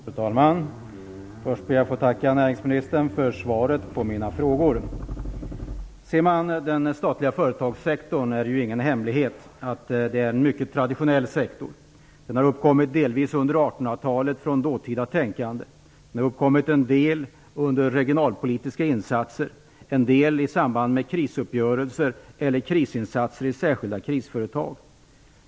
Fru talman! Först ber jag att få tacka näringsministern för svaret på mina frågor. Den statliga företagssektorn är - det är ingen hemlighet - en mycket traditionell sektor. Den har uppkommit delvis under 1800-talet från dåtida tänkande, till en del i samband med regionalpolitiska insatser och krisuppgörelser eller krisinsatser i särskilda krisföretag.